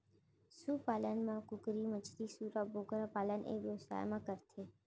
सु पालन म कुकरी, मछरी, सूरा, बोकरा पालन ए बेवसाय म करथे